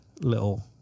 little